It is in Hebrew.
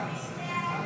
הסתייגות